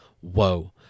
whoa